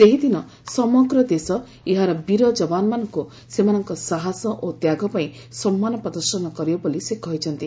ସେହିଦିନ ସମଗ୍ର ଦେଶ ଏହାର ବୀର ଯବାନମାନଙ୍କୁ ସେମାନଙ୍କ ସାହସ ଓ ତ୍ୟାଗପାଇଁ ସମ୍ମାନ ପ୍ରଦର୍ଶନ କରିବ ବୋଲି ସେ କହିଛନ୍ତି